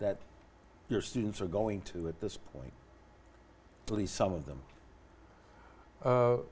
that your students are going to at this point please some of them